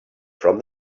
from